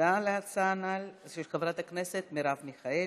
שהוצמדה להצעה הנ"ל, של חברת הכנסת מרב מיכאלי: